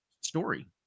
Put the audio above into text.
story